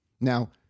Now